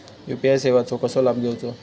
UPI सेवाचो कसो लाभ घेवचो?